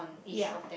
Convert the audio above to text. ya